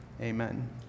amen